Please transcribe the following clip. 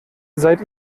seid